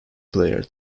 player